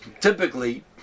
typically